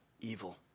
evil